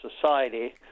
Society